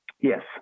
yes